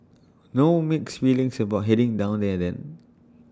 no mixed feelings about heading down there then